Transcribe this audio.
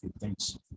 thanks